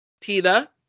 Tina